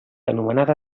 anomenada